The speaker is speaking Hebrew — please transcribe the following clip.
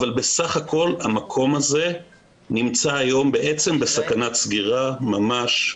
אבל בסך הכול המקום זה נמצא היום בסכנת סגירה ממש,